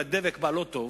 הדבק בה לא טוב,